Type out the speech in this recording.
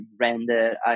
render